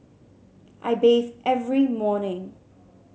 I bathe every morning